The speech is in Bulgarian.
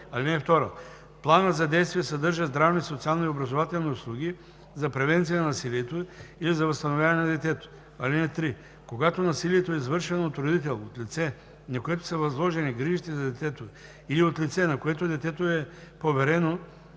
ал. 1. (2) Планът за действие съдържа здравни, социални и образователни услуги за превенция на насилието или за възстановяване на детето. (3) Когато насилието е извършено от родител, от лице, на което са възложени грижите за детето, или от лице, на което детето е поверено,